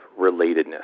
relatedness